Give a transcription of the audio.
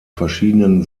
verschiedenen